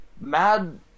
mad